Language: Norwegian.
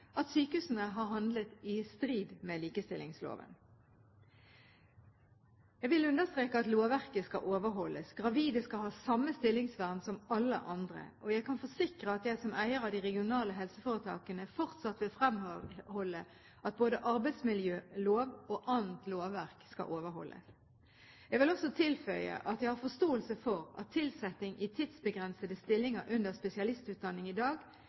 at sykehusene har handlet i strid med likestillingsloven. Jeg vil understreke at lovverket skal overholdes. Gravide skal ha samme stillingsvern som alle andre. Jeg kan forsikre om at jeg som eier av de regionale helseforetakene fortsatt vil fremholde at både arbeidsmiljøloven og annet lovverk skal overholdes. Jeg vil også tilføye at jeg har forståelse for at tilsetting i tidsbegrensede stillinger under spesialistutdanning i dag